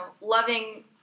loving